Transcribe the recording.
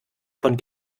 von